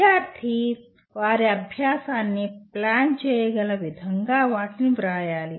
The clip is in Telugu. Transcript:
విద్యార్థి వారి అభ్యాసాన్ని ప్లాన్ చేయగల విధంగా వాటిని వ్రాయాలి